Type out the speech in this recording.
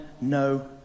no